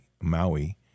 Maui